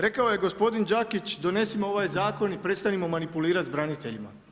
Rekao je gospodin Đakić donesimo ovaj zakon i prestanimo manipulirati sa braniteljima.